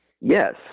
Yes